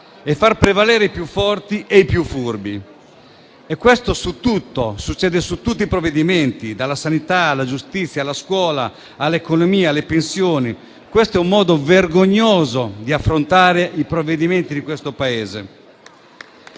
e far prevalere i più forti e i più furbi. Questo succede su tutti i provvedimenti, dalla sanità alla giustizia, alla scuola, all'economia, alle pensioni. È un modo vergognoso di affrontare i provvedimenti di questo Paese.